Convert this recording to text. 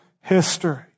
history